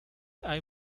hay